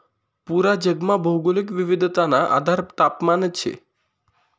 पूरा जगमा भौगोलिक विविधताना आधार तापमानच शे